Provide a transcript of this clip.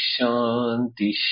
Shanti